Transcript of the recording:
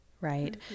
right